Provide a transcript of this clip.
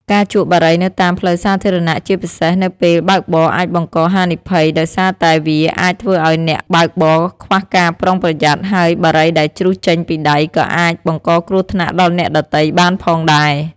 ការជក់បារីនៅតាមផ្លូវសាធារណៈជាពិសេសនៅពេលបើកបរអាចបង្កហានិភ័យដោយសារតែវាអាចធ្វើឱ្យអ្នកបើកបរខ្វះការប្រុងប្រយ័ត្នហើយបារីដែលជ្រុះចេញពីដៃក៏អាចបង្កគ្រោះថ្នាក់ដល់អ្នកដ៏ទៃបានផងដែរ។